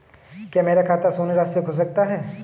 क्या मेरा खाता शून्य राशि से खुल सकता है?